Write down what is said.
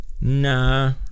Nah